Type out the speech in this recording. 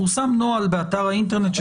פורסם נוהל באתר האינטרנט.